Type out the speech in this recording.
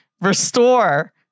restore